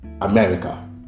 America